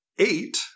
Eight